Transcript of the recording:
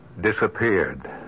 Disappeared